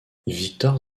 victor